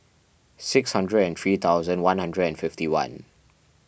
six hundred and three thousand one hundred and fifty one